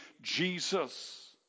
Jesus